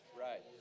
Right